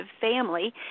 family